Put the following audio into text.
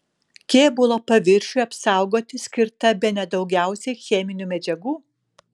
kėbulo paviršiui apsaugoti skirta bene daugiausiai cheminių medžiagų